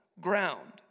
ground